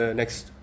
next